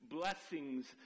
blessings